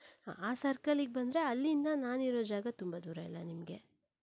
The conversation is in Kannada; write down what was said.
ಹಾ ಆ ಸರ್ಕಲ್ಲಿಗೆ ಬಂದರೆ ಅಲ್ಲಿಂದ ನಾನಿರೋ ಜಾಗ ತುಂಬ ದೂರ ಇಲ್ಲ ನಿಮಗೆ